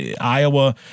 Iowa